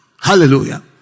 Hallelujah